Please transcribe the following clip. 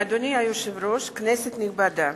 אדוני היושב-ראש, כנסת נכבדה,